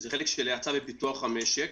חלק של האצה בפיתוח המשק.